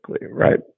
Right